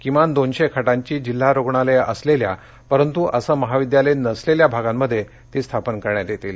किमान दोनशे खाटांची जिल्हा रुग्णालयं असलेल्या परंतु असे महाविद्यालय नसलेल्या भागांमध्ये ती स्थापन करण्यात येतील